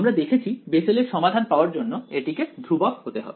আমরা দেখেছি বেসেলের সমাধান পাওয়ার জন্য এটিকে ধ্রুবক হতে হবে